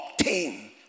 obtain